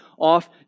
off